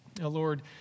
Lord